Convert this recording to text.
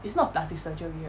it's not plastic surgery ri~